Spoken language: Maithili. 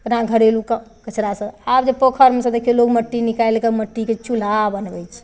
अपना घरेलू काम कचड़ासँ आब जे पोखरिमे सँ देखियौ लोक मट्टी निकालि कऽ मट्टीके चूल्हा बनबै छै